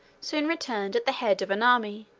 soon returned at the head of an army,